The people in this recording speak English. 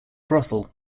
brothel